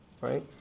right